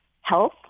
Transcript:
health